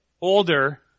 older